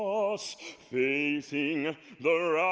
us facing the